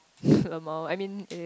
lmao I mean eh